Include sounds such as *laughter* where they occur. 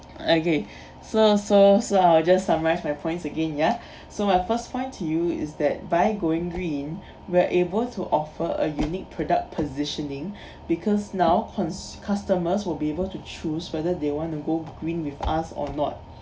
okay so so so I'll just summarise my points again ya *breath* so my first point to you is that by going green *breath* we are able to offer a unique product positioning *breath* because now consu~ customers will be able to choose whether they want to go green with us or not